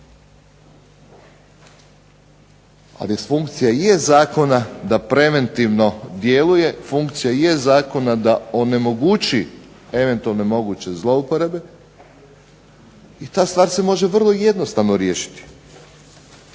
Ali funkcija je zakona da preventivno djeluje, da onemogući eventualne moguće zlouporabe, i ta stvar se može vrlo jednostavno riješiti.